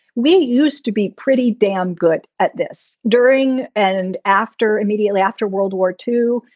we used to be pretty damn good at this during and after immediately after world war two.